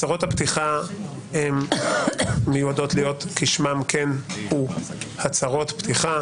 הצהרות הפתיחה כשמן כן הן, הצהרות פתיחה.